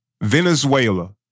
Venezuela